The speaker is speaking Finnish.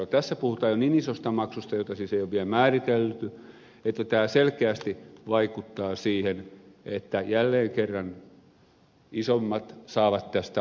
tässä puhutaan jo niin isosta maksusta jota siis ei ole vielä määritelty että tämä selkeästi vaikuttaa siihen että jälleen kerran isommat saavat tästä avun